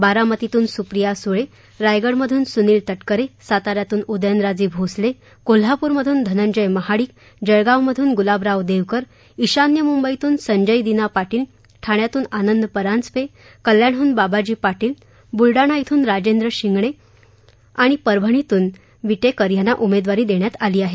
बारामतीतून सुप्रिया सुळे रायगडमधून सुनील तटकरे साता यातून उदयनराजे भोसले कोल्हापूरमधून धनंजय महाडिक जळगावमधून गुलाबराव देवकर ईशान्य मुंबईतून संजय दीना पाटील ठाण्यातून आनंद परांजपे कल्याणहून बाबाजी पाटील बुलडाणा इथून राजेंद्र शिंगणे आणि परभणीतून राजेश विटेकर यांना उमेदवारी देण्यात आली आहे